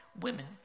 women